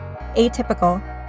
Atypical